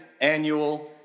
annual